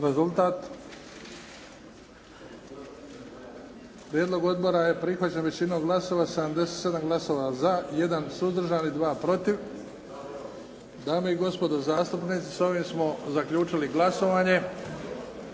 Rezultat? Prijedlog odbora je prihvaćen većinom glasova sa 77 glasova za, 1 suzdržan i 2 protiv. Dame i gospodo zastupnici, s ovim smo zaključili glasovanje.